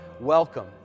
welcome